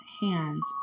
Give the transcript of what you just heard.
hands